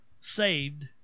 saved